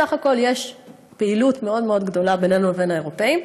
בסך הכול יש פעילות מאוד גדולה בינינו לבין האירופים,